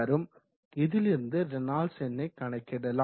இதிலிருந்து ரேனால்ட்ஸ் எண்ணை கணக்கிடலாம்